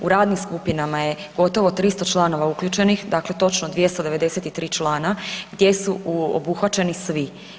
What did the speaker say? U radnim skupinama je gotovo 300 članova uključenih, dakle točno 293 člana gdje su obuhvaćeni svi.